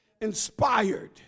Inspired